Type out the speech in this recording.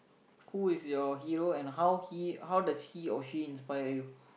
who is your hero and how he how does he or she inspire you